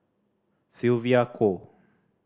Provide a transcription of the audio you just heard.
Sylvia Kho